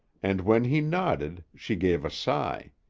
and, when he nodded, she gave a sigh.